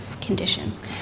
conditions